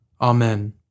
Amen